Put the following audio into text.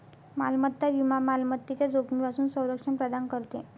मालमत्ता विमा मालमत्तेच्या जोखमीपासून संरक्षण प्रदान करते